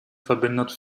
verbindet